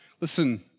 Listen